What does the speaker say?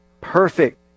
Perfect